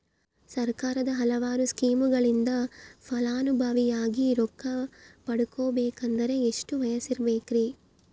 ಸರ್ಕಾರದ ಹಲವಾರು ಸ್ಕೇಮುಗಳಿಂದ ಫಲಾನುಭವಿಯಾಗಿ ರೊಕ್ಕ ಪಡಕೊಬೇಕಂದರೆ ಎಷ್ಟು ವಯಸ್ಸಿರಬೇಕ್ರಿ?